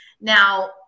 Now